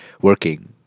working